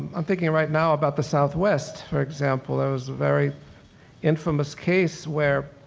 i'm thinking right now about the southwest, for example, there was a very infamous case where,